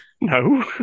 No